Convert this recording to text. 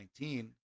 2019